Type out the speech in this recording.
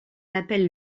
appelle